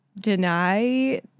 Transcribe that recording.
deny